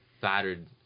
battered